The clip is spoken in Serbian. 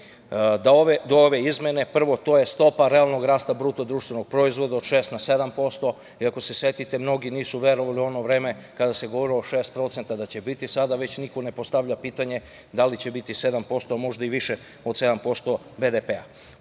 do ove izmene prvo to je stopa realnog rasta BDP-a, od 6% na 7%. Ako se setite mnogi nisu verovali u ono vreme kada se govorio od 6% da će biti sada već niko ne postavlja pitanje da li će biti 7%, možda i više od 7%